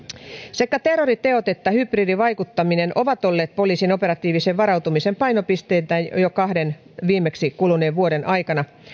sekä terroriteot että hybridivaikuttaminen ovat olleet poliisin operatiivisen varautumisen painopisteitä jo jo kahden viimeksi kuluneen vuoden aikana